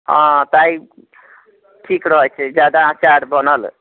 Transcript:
हँ तऽ आ ई ठीक रहैत छै जादा अचार बनल